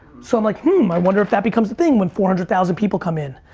so i'm like, hmm, i wonder if that becomes a thing when four hundred thousand people come in.